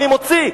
אני מוציא.